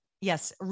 yes